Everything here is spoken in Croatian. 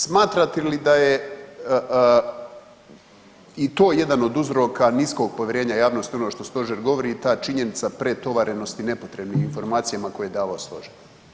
Smatrate li da je i to jedan od uzroka niskog povjerenja javnosti u ono što stožer govori ta činjenica pretovarenosti nepotrebnim informacijama koje je davao stožer.